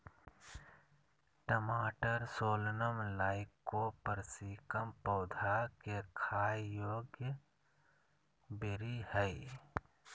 टमाटरसोलनम लाइकोपर्सिकम पौधा केखाययोग्यबेरीहइ